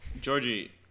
Georgie